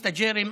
סטז'רים,